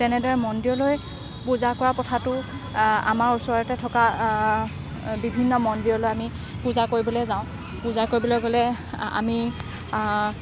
তেনেদৰে মন্দিৰলৈ পূজা কৰা প্ৰথাটো আমাৰ ওচৰতে থকা বিভিন্ন মন্দিৰলৈ আমি পূজা কৰিবলে যাওঁ পূজা কৰিবলৈ গ'লে আমি